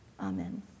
Amen